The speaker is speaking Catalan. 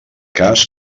cas